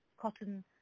cotton